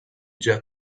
già